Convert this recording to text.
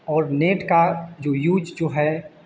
और नेट का जो यूज जो है